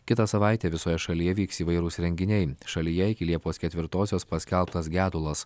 kitą savaitę visoje šalyje vyks įvairūs renginiai šalyje iki liepos ketvirtosios paskelbtas gedulas